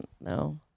no